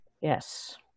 Yes